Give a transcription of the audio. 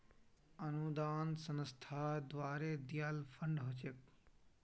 अनुदान संस्था द्वारे दियाल फण्ड ह छेक